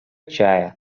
чая